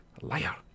liar